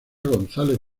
gonzález